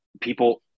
people